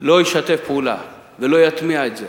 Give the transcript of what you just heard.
לא ישתף פעולה ולא יטמיע את זה